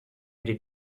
did